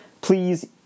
please